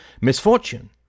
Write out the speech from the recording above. misfortune